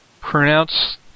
pronounce